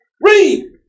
Read